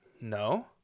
No